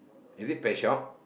is it pet shop